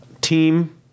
team